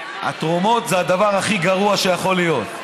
התרומות זה הדבר הכי גרוע שיכול להיות.